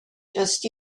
just